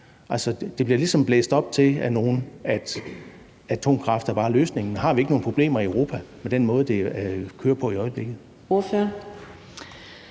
det bliver ligesom blæst op til af nogle, at atomkraft bare er løsningen. Har vi ikke nogen problemer i Europa med den måde, det kører på i øjeblikket?